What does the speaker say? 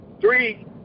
three